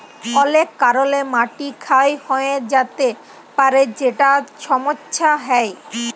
অলেক কারলে মাটি ক্ষয় হঁয়ে য্যাতে পারে যেটায় ছমচ্ছা হ্যয়